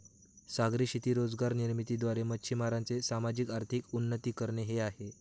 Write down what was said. सागरी शेती रोजगार निर्मिती द्वारे, मच्छीमारांचे सामाजिक, आर्थिक उन्नती करणे हे आहे